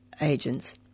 agents